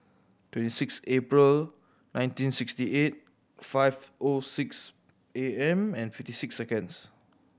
twenty six April nineteen sixty eight five O six A M and fifty six seconds